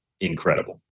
incredible